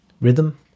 rhythm